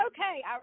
okay